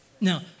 Now